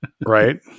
Right